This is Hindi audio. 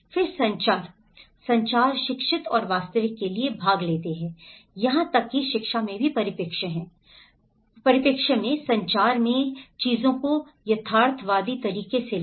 फिर संचार संचार शिक्षित और वास्तविक के लिए भाग लेते हैं यहां तक कि शिक्षा में भी परिप्रेक्ष्य में संचार में चीजों को यथार्थवादी तरीके से लें